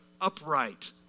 upright